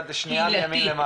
ואני מאוד שמחה